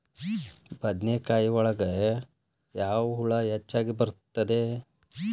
ಬದನೆಕಾಯಿ ಒಳಗೆ ಯಾವ ಹುಳ ಹೆಚ್ಚಾಗಿ ಬರುತ್ತದೆ?